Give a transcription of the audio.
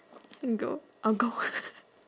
go~ orh gold